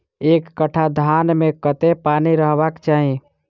एक कट्ठा धान मे कत्ते पानि रहबाक चाहि?